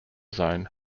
zone